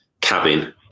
cabin